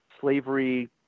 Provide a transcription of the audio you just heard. slavery